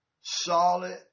solid